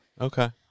Okay